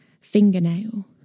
fingernail